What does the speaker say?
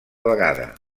vegada